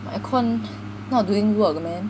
the aircon not doing work man